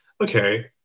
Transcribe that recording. okay